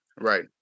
Right